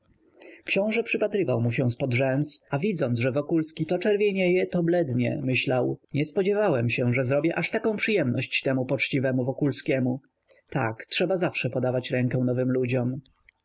książe przypatrywał mu się zpod rzęs a widząc że wokulski to czerwienieje to blednieje myślał nie spodziewałem się że zrobię aż taką przyjemność temu poczciwemu wokulskiemu tak trzeba zawsze podawać rękę nowym ludziom